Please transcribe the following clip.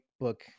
book